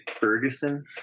ferguson